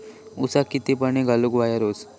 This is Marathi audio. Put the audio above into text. ऊसाक किती पाणी घालूक व्हया रोज?